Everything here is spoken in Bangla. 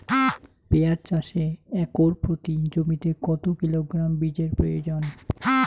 পেঁয়াজ চাষে একর প্রতি জমিতে কত কিলোগ্রাম বীজের প্রয়োজন?